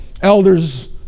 elders